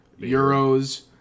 euros